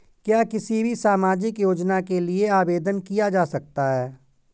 क्या किसी भी सामाजिक योजना के लिए आवेदन किया जा सकता है?